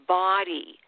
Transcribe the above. body